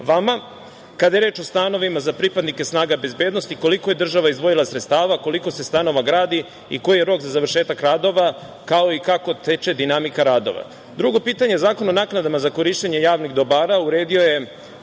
vama - kada je o reč stanovima za pripadnike snaga bezbednosti koliko je država izdvojila sredstava, koliko se stanova gradi i koji je rok za završetak radova, kao i kako teče dinamika radova? Drugo pitanje – Zakon o naknadama za korišćenje javnih dobara uredio je